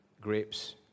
grapes